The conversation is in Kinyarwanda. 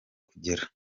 kugera